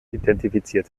identifiziert